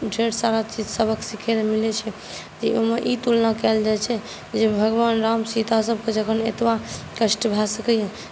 ढेर सारा चीज सबक सीखय लेल मिलैत छै जे ओहिमे ई तुलना कयल जाइत छै जे भगवान राम सीतासभकेँ जखन एतबा कष्ट भए सकैए